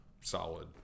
solid